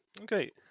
okay